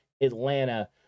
Atlanta